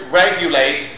regulate